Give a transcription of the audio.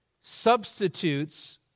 substitutes